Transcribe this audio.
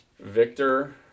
Victor